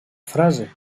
frase